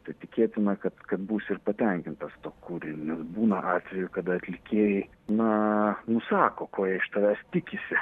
tai tikėtina kad kad būsi ir patenkintas tuo kūriniu būna atvejų kada atlikėjai na nusako ko jie iš tavęs tikisi